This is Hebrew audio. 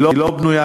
היא לא בנויה,